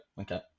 okay